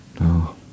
No